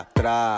tra